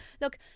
look